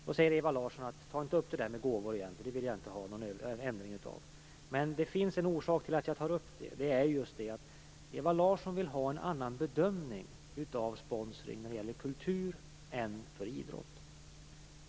Då säger Ewa Larsson: Ta inte upp det där gåvor igen. Det vill jag inte ha någon ändring av. Men det finns en orsak till att jag tar upp det. Ewa Larsson vill ju ha en annan bedömning av sponsring när det gäller kultur än när det gäller idrott.